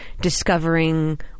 discovering